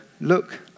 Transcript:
look